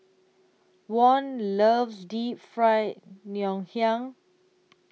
Von loves Deep Fried Ngoh Hiang